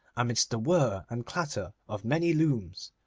amidst the whir and clatter of many looms.